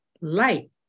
light